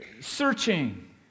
searching